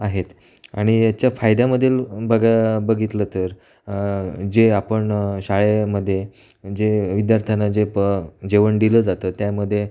आहेत आणि याच्या फायद्यामधील बगाय बघितलं तर जे आपण शाळेमध्ये जे विद्यार्थ्यांना जे प जेवण दिलं जातं त्यामध्ये